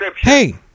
Hey